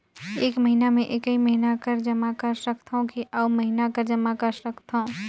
एक महीना मे एकई महीना कर जमा कर सकथव कि अउ महीना कर जमा कर सकथव?